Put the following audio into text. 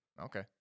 Okay